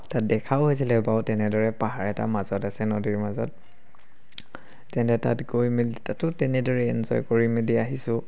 তাত দেখাও হৈছিলে বাৰু তেনেদৰে পাহাৰ এটা মাজত আছে নদীৰ মাজত তেনেকৈ তাত গৈ মেলি তাতো তেনেদৰে এনজয় কৰি মেলি আহিছোঁ